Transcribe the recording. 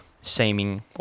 seeming